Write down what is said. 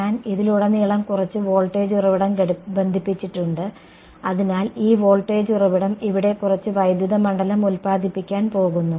ഞാൻ ഇതിലുടനീളം കുറച്ച് വോൾട്ടേജ് ഉറവിടം ബന്ധിപ്പിച്ചിട്ടുണ്ട് അതിനാൽ ഈ വോൾട്ടേജ് ഉറവിടം ഇവിടെ കുറച്ച് വൈദ്യുത മണ്ഡലം ഉത്പാദിപ്പിക്കാൻ പോകുന്നു